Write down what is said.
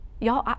y'all